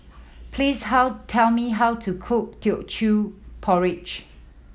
please how tell me how to cook Teochew Porridge